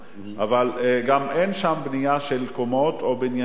אבל גם אין שם בנייה של קומות או בניינים ישנים.